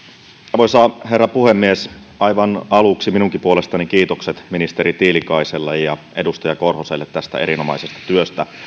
arvoisa herra puhemies aivan aluksi minunkin puolestani kiitokset ministeri tiilikaiselle ja edustaja korhoselle tästä erinomaisesta työstä